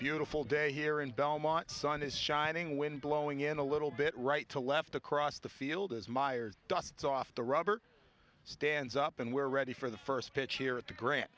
beautiful day here in belmont sun is shining wind blowing in a little bit right to left across the field as myers dusts off the rubber stands up and we're ready for the first pitch here at the gran